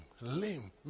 lame